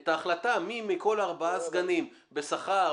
את ההחלטה מי מכל הארבעה סגנים בשכר,